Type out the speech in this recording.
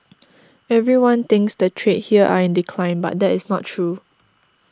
everyone thinks the trade here are in decline but that is not true